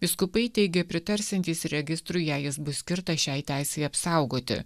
vyskupai teigia pritarsiantys registrui jei jis bus skirtas šiai teisei apsaugoti